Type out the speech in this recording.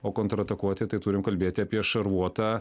o kontratakuoti tai turim kalbėti apie šarvuotą